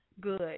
good